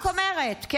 כן.